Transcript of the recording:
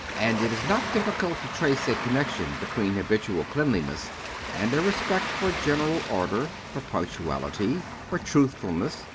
and it is not difficult to trace a connection between habitual cleanliness and a respect for general order, for punctuality, for truthfulness,